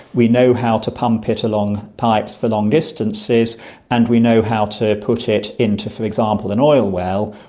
we know how to pump it along pipes for long distances and we know how to put it into, for example, an oil well.